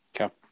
Okay